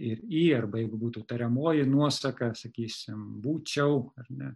ir i arba jeigu būtų tariamoji nuosaka sakysim būčiau ar ne